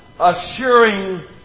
assuring